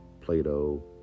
Plato